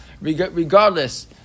Regardless